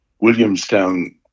Williamstown